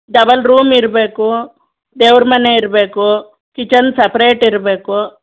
double room ಇರಬೇಕು ದೇವ್ರ ಮನೆ ಇರಬೇಕು ಕಿಚನ್ ಸಪ್ರೇಟ್ ಇರಬೇಕು